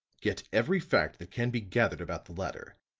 get every fact that can be gathered about the latter.